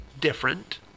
different